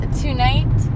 tonight